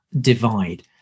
divide